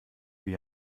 wie